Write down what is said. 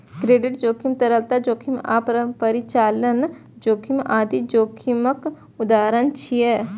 credit जोखिम, तरलता जोखिम आ परिचालन जोखिम आदि जोखिमक उदाहरण छियै